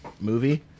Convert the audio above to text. movie